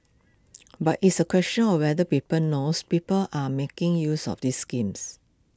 but it's A question of whether people knows people are making use of this schemes